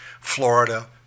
Florida